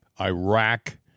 Iraq